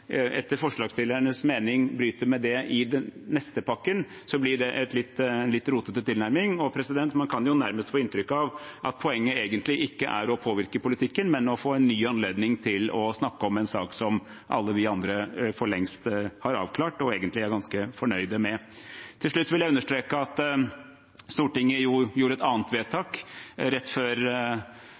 etter forslagsstillernes mening bryter med det i den neste pakken, blir det en litt rotete tilnærming. Man kan jo nærmest få inntrykk av at poenget egentlig ikke er å påvirke politikken, men å få en ny anledning til å snakke om en sak som alle vi andre for lengst har avklart og egentlig er ganske fornøyd med. Til slutt vil jeg understreke at Stortinget jo gjorde et annet vedtak rett før